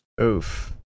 Oof